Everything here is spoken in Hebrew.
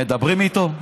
מדברים איתו?